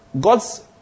God's